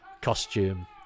costume